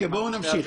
אוקיי, בואו נמשיך.